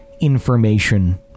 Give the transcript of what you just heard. information